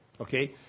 Okay